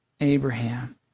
Abraham